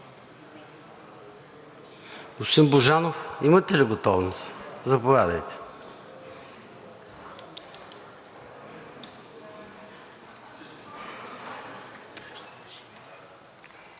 Господин Божанов, имате ли готовност? Заповядайте.